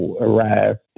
arrived